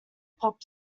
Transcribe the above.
pop